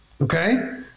Okay